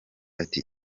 ati